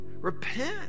Repent